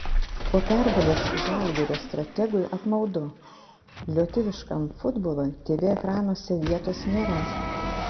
po pergalės žalgirio strategui apmaudu lietuviškam futbolui tv ekranuose vietos nėra